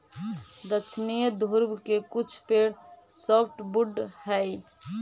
दक्षिणी ध्रुव के कुछ पेड़ सॉफ्टवुड हइ